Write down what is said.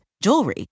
jewelry